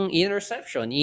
interception